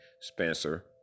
Spencer